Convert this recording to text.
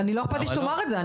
ואני לא איכפת לי שתאמר את זה,